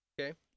Okay